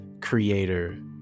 creator